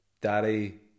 daddy